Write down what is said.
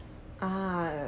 ah